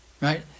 right